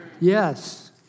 Yes